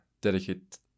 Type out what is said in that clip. dedicate